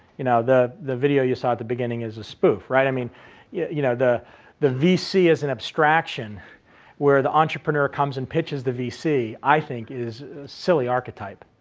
you know, the the video you saw at the beginning is a spoof, right? i mean yeah you know, the the vc as an abstraction where the entrepreneur comes and pitches the vc i think is a silly archetype.